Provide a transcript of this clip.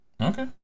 Okay